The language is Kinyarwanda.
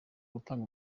gutanga